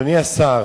אדוני השר,